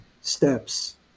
steps